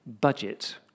budget